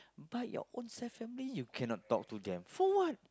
but your own self family you cannot talk to them for what